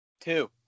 Two